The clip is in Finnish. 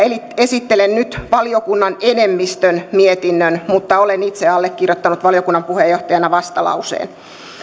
esittelen nyt valiokunnan enemmistön mietinnön mutta olen itse allekirjoittanut valiokunnan puheenjohtajana vastalauseen